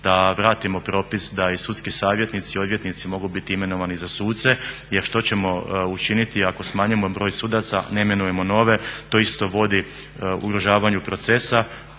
da vratimo propis, da i sudski savjetnici i odvjetnici mogu biti imenovani za suce jer što ćemo učiniti ako smanjimo broj sudaca, ne imenujemo nove. To isto vodi ugrožavanju procesa